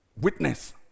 witness